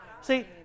See